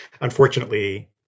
unfortunately